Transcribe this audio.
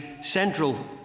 central